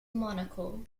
monaco